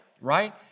right